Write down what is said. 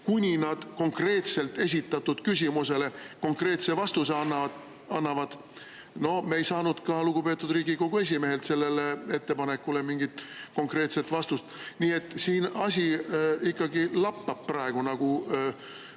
kuni nad konkreetselt esitatud küsimusele konkreetse vastuse annavad. No me ei saanud ka lugupeetud Riigikogu esimehelt sellele ettepanekule mingit konkreetset vastust. Nii et siin asi ikkagi lappab praegu, nagu